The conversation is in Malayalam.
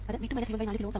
ഇത് 4 കിലോ Ω V2 1